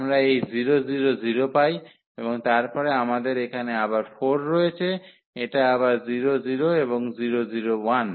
আমরা এই 0 0 0 পাই এবং তারপরে আমাদের এখানে আবার 4 রয়েছে এটা আবার 0 0 এবং 0 0 1